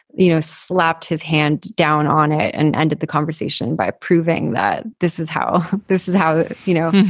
you know, slapped his hand down on it and ended the conversation by proving that this is how this is how you know.